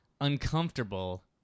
uncomfortable